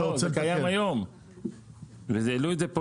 לא, זה קיים היום ובדיון העלינו את זה.